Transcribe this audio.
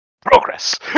progress